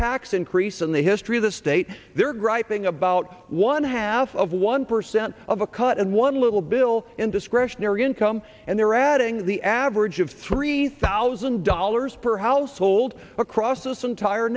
tax increase in the history of the state their griping about one half of one percent of a cut and one little bill in discretionary income and they're adding the average of three thousand dollars per household across this entire